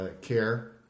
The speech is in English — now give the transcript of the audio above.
care